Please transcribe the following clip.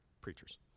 Preachers